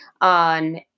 on